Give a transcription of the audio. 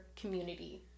community